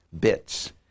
bits